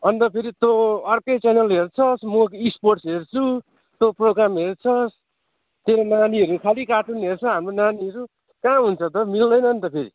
अन्त फेरि तँ अर्कै च्यानल हेर्छस् म स्पोर्टस् हेर्छु तँ प्रोगाम हेर्छस् तेरो नानीहरू खालि कार्टुन हेर्छ हाम्रो नानीहरू कहाँ हुन्छ त मिल्दैन नि त फेरि